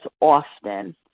often